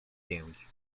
pięć